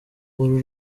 uru